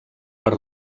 per